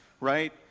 right